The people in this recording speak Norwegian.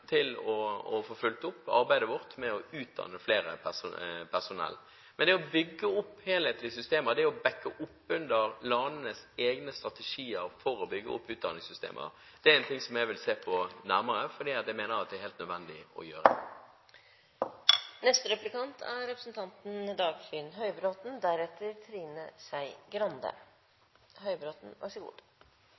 til å få fulgt opp arbeidet med å utdanne mer personell. Men det å bygge opp helhetlige systemer, det å bakke opp under landenes egne strategier for å bygge opp utdanningssystemer, er en ting som jeg vil se på nærmere, fordi jeg mener at det er helt nødvendig å gjøre det. Jeg er